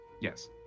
Yes